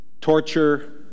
torture